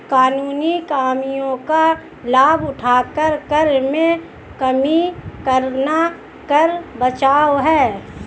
कानूनी कमियों का लाभ उठाकर कर में कमी करना कर बचाव है